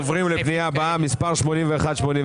אנחנו עוברים לפנייה הבאה שמספרה 81 82,